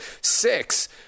six